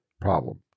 problem